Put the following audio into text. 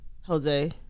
Jose